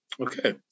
okay